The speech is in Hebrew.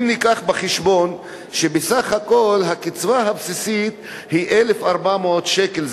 אם נביא בחשבון שהקצבה הבסיסית היא בסך הכול 1,400 שקלים,